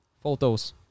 Photos